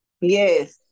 Yes